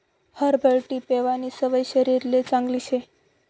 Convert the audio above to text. herbal tea पेवानी सवय शरीरले चांगली शे